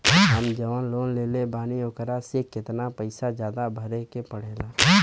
हम जवन लोन लेले बानी वोकरा से कितना पैसा ज्यादा भरे के पड़ेला?